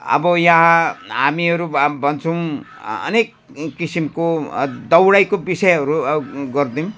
अब यहाँ हामीहरू भन्छौँ अनेक किसिमको दौडाइको विषयहरू गर्दैनौँ